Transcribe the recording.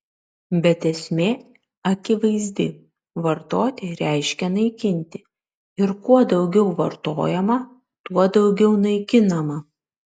bet esmė akivaizdi vartoti reiškia naikinti ir kuo daugiau vartojama tuo daugiau naikinama